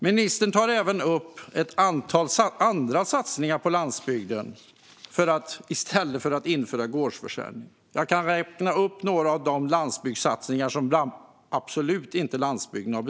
Ministern tar i stället upp ett antal andra satsningar på landsbygden. Låt mig räkna upp några satsningar som landsbygden absolut inte har beställt.